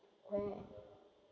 where